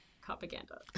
propaganda